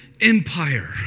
Empire